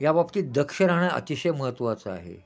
या बाबतीत दक्ष राहणं अतिशय महत्त्वाचं आहे